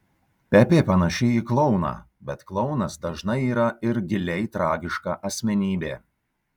pepė panaši į klouną bet klounas dažnai yra ir giliai tragiška asmenybė